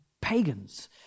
Pagans